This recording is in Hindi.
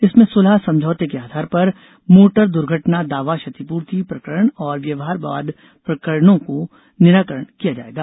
इसमें सुलह समझौते के आधार पर मोटर दुर्घटना दावा क्षतिपूर्ति प्रकरण और व्यवहार वाद प्रकरणों को निराकरण किया जाएगा